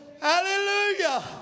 Hallelujah